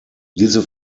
diese